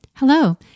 Hello